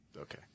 okay